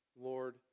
Lord